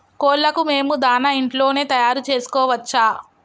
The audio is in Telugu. కోళ్లకు మేము దాణా ఇంట్లోనే తయారు చేసుకోవచ్చా?